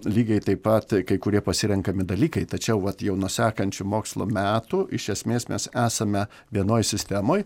lygiai taip pat kai kurie pasirenkami dalykai tačiau vat jau nuo sekančių mokslo metų iš esmės mes esame vienoj sistemoj